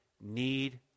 need